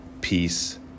peace